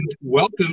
welcome